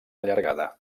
allargada